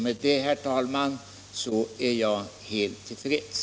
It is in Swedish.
Med det, herr talman, är jag helt till freds.